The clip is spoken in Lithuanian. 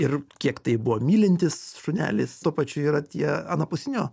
ir kiek tai buvo mylintis šunelis tuo pačiu yra tie anapusinio